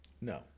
no